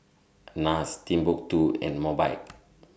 Nars Timbuk two and Mobike